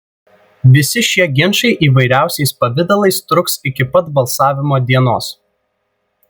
visi šie ginčai įvairiausiais pavidalais truks iki pat balsavimo dienos